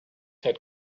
had